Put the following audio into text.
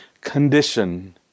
condition